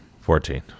Fourteen